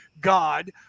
God